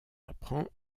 apprend